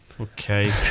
okay